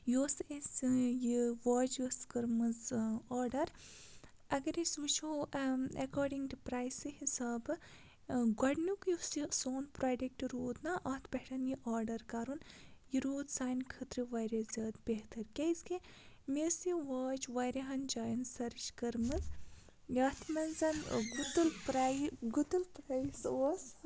یۄس اَسہِ سٲنۍ یہِ واچ یۄس کٔرمٕژ آرڈَر اَگَر أسۍ وٕچھو اٮ۪کاڈِنٛگ ٹُو پرٛایسہٕ حِسابہٕ گۄڈنیُک یُس یہِ سون پرٛوڈَکٹ روٗد نہ اَتھ پٮ۪ٹھ یہِ آرڈَر کَرُن یہِ روٗد سانہِ خٲطرٕ واریاہ زیادٕ بہتر کیٛازِکہِ مےٚ ٲس یہِ واچ واریاہَن جایَن سٔرٕچ کٔرمٕژ یَتھ منٛز گُتُل پرٛای گُتُل پرٛایِس اوس